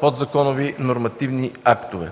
подзаконови нормативни актове.